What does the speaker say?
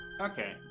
Okay